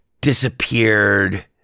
disappeared